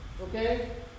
okay